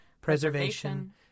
preservation